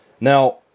Now